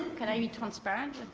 can i be transparent?